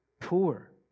poor